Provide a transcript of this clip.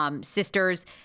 sisters